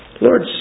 Lord